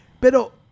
Pero